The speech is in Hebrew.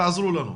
תעזרו לנו'.